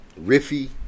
riffy